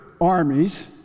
armies